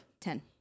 Ten